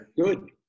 good